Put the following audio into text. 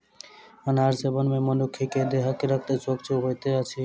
अनार सेवन मे मनुख के देहक रक्त स्वच्छ होइत अछि